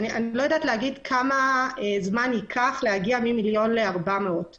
אני לא יודעת כמה זמן ייקח להגיע לארבעה מיליון.